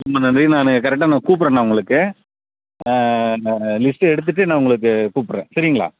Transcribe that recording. ரொம்ப நன்றி நான் கரெக்டாக நான் கூப்புட்றேன் நான் உங்களுக்கு இந்த லிஸ்ட்டு எடுத்துவிட்டு நான் உங்களுக்கு கூப்புட்றேன் சரிங்களா